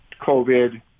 COVID